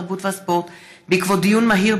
התרבות והספורט בעקבות דיון מהיר